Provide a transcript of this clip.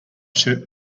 shirt